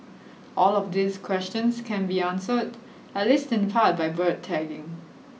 all of these questions can be answered at least in part by bird tagging